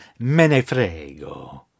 Menefrego